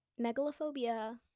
megalophobia